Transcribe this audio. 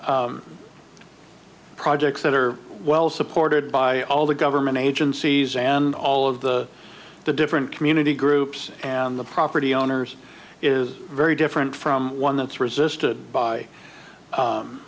point projects that are well supported by all the government agencies and all of the the different community groups and the property owners is very different from one that's resisted by